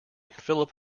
philip